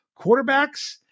quarterbacks